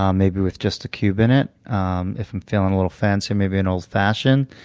um maybe with just a cube in it um if i'm feeling a little fancy, maybe an old fashioned.